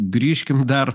grįžkim dar